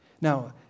Now